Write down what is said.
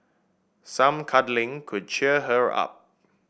some cuddling could cheer her up